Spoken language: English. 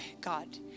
God